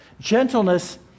Gentleness